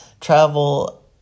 travel